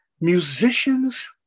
musicians